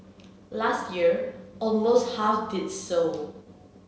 last year almost half did so